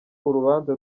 urubanza